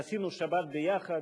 ועשינו שבת ביחד.